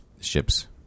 ships